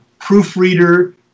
proofreader